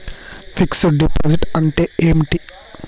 Fix డ్ deposit అంటే ఏమిటి?